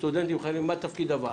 סטודנטים מה תפקיד הוועדה?